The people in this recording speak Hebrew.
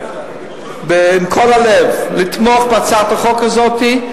מכל הלב, לתמוך בהצעת החוק הזאת.